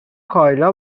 کایلا